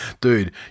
dude